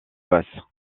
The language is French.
basse